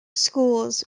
schools